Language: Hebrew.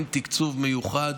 עם תקצוב מיוחד,